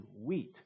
wheat